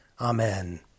Amen